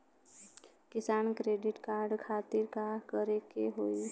किसान credit card खातिर का करे के होई?